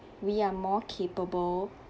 we are more capable